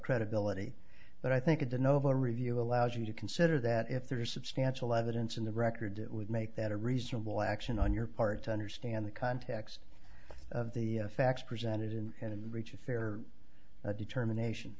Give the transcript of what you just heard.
credibility but i think that the novo review allows you to consider that if there is substantial evidence in the record would make that a reasonable action on your part to understand the context of the facts presented and reach a fair determination